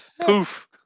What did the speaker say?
Poof